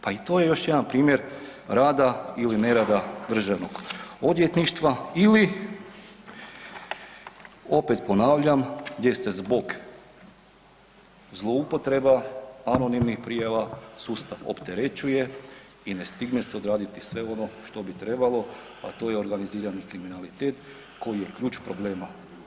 Pa i to je još jedan primjer rada ili nerada Državnog odvjetništva ili opet ponavljam jer se zbog zloupotreba, anonimnih prijava sustav opterećuje i ne stigne se odraditi sve ono što bi trebalo, a to je organizirani kriminalitet koji je ključ problema.